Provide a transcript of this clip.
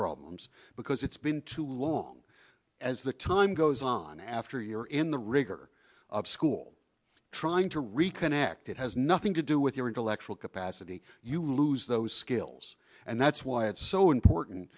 problems because it's been too long as the time goes on after year in the rigor of school trying to reconnect it has nothing to do with your intellectual capacity you lose those skills and that's why it's so important